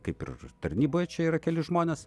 kaip ir tarnyboje čia yra keli žmonės